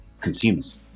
consumers